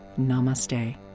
Namaste